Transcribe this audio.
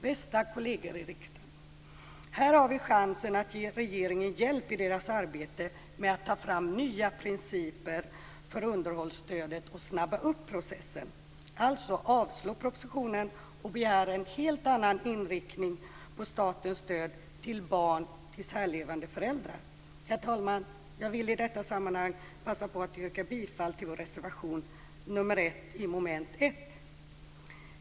Bästa kolleger i riksdagen! Här har vi chansen att ge regeringen hjälp i dess arbete med att ta fram nya principer för underhållsstödet och snabba upp processen, alltså avslå propositionen och begära en helt annan inriktning på statens stöd till barn till särlevande föräldrar. Herr talman! Jag vill i detta sammanhang passa på att yrka bifall till vår reservation nr 1 vad avser avslag på propositionen.